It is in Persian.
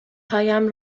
هایم